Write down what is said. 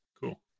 cool